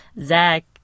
Zach